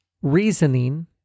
reasoning